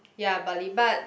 ya Bali but